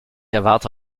erwarte